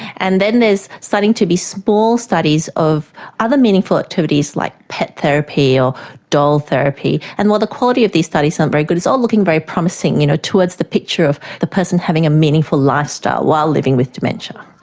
and then there is starting to be small studies of other meaningful activities like pet therapy or doll therapy, and while the quality of these studies aren't um very good it's all looking very promising you know towards the picture of the person having a meaningful lifestyle while living with dementia.